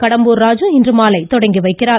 கடம்பூர் ராஜு இன்று மாலை தொடங்கி வைக்கிறார்